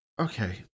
Okay